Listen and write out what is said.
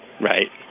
right